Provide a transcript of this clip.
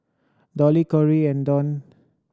Dolly Kory and Dawn